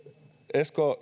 esko